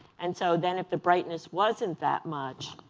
and so then if the brightness wasn't that much